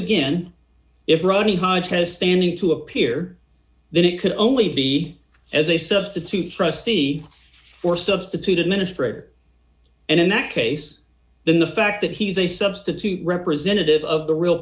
has standing to appear then it could only be as a substitute trustee or substitute administrator and in that case then the fact that he's a substitute representative of the real